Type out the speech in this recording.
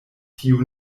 tiu